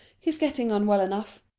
he's getting on well enough.